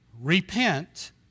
repent